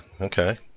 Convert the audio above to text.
okay